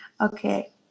Okay